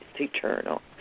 eternal